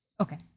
Okay